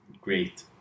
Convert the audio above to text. great